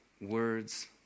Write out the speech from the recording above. words